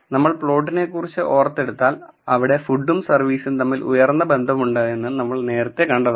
scatter പ്ലോട്ടിനെക്കുറിച്ച് ഓർത്തെടുത്താൽ അവിടെ ഫുഡും സർവീസും തമ്മിൽ ഉയർന്ന ബന്ധമുണ്ടെന്ന് നമ്മൾ നേരത്തെ കണ്ടതാണ്